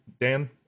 Dan